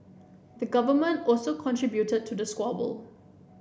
the Government also contributed to the squabble